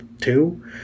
two